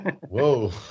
Whoa